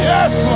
Yes